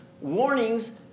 Warnings